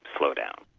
slow down.